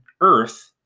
earth